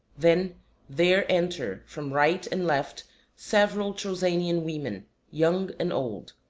then there enter from right and left several trosenian women young and old.